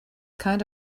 kind